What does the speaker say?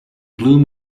bloom